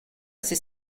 c’est